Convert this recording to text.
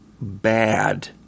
bad